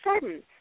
sudden